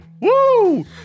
woo